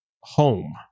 home